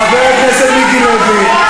חבר הכנסת מיקי לוי,